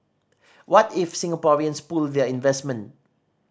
what if Singaporeans pull their investment